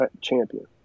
champion